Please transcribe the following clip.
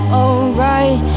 alright